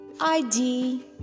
ID